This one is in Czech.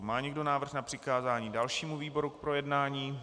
Má někdo návrh na přikázání dalšímu výboru k projednání?